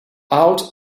out